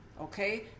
Okay